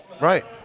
right